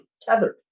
tethered